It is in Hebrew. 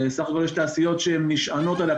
בסך הכל יש תעשיות שנשענות עליהם,